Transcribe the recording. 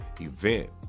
event